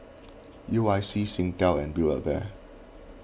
U I C Singtel and Build A Bear